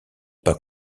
pas